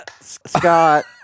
Scott